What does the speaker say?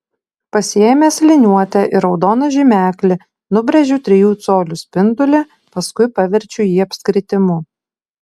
pasiėmęs liniuotę ir raudoną žymeklį nubrėžiu trijų colių spindulį paskui paverčiu jį apskritimu